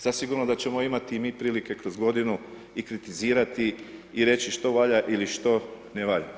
Zasigurno da ćemo imati i mi prilike kroz godinu i kritizirati i reći što valja ili što ne valja.